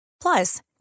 Plus